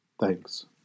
Thanks